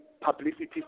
publicity